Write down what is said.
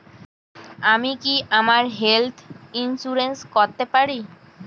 আমি কি আমার হেলথ ইন্সুরেন্স করতে পারি?